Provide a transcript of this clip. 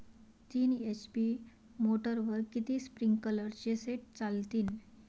तीन एच.पी मोटरवर किती स्प्रिंकलरचे सेट चालतीन?